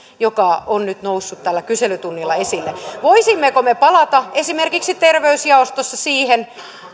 joka on nyt noussut tällä kyselytunnilla esille voisimmeko me palata esimerkiksi terveysjaostossa siihen